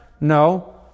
No